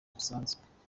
busanzwe